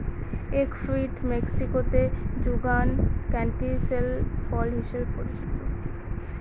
egg fruit মেক্সিকোতে যুগান canistel ফল হিসাবে পরিচিত